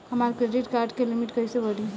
हमार credit card के limit कइसे बढ़ी?